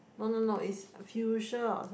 no no no is Fuchsia or some